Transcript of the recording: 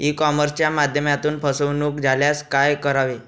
E कॉमर्सच्या माध्यमातून फसवणूक झाल्यास काय करावे?